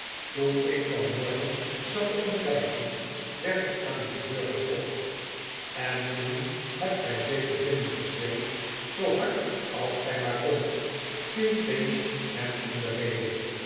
toen ik vanmorgen zat te ontbijten werd er aan mijn deur geklopt en toen hebt gij zeker binnen geschreeuwd zoo hard als gij maar kondt viel pinch hem in de rede